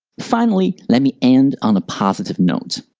finally, let me end on a positive note.